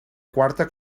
quarta